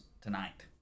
tonight